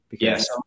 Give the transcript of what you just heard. Yes